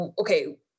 okay